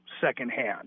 secondhand